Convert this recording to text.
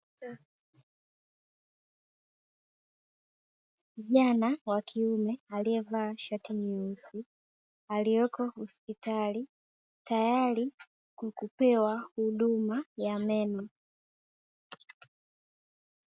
Kijana wa kiume aliyevaa shati nyeusi, aliyeko hospitali tayari kwa kupewa huduma ya meno.